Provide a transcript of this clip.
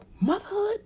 Motherhood